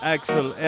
Axel